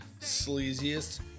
sleaziest